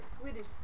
Swedish